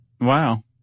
Wow